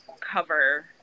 cover